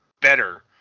better